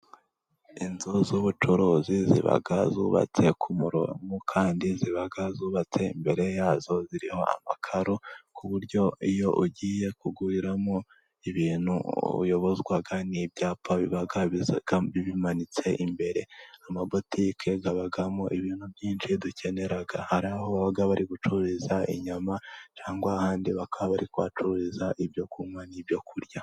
Inzu z'ubucuruzi ziba zubatse ku muronko kandi ziba zubatse imbere yazo ziriho amakaro ku buryo iyo ugiye kuguriramo ibintu uyobozwa n'ibyapa biba bimanitse imbere. Amabotike abamo ibintu byinshi dukenera hari aho baba bari gucuruza inyama cyangwa ahandi bakaba bari gucuruza ibyo kunywa n'ibyokurya.